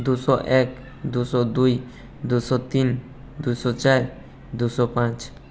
দুশো এক দুশো দুই দুশো তিন দুশো চার দুশো পাঁচ